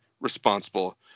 responsible